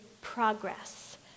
progress